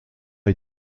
pas